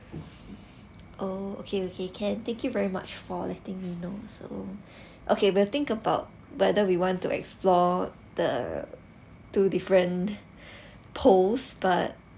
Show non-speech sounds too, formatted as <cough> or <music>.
<breath> oh okay okay can thank you very much for letting me know so okay we'll think about whether we want to explore the two different poles but